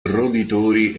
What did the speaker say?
roditori